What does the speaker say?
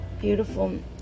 Beautiful